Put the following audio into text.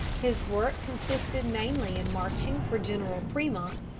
his work consisted mainly in marching for general fremont,